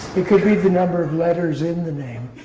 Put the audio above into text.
you could read the number of letters in the name,